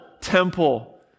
temple